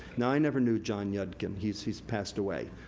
now, i never knew john yudkin he's he's passed away.